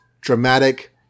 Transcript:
dramatic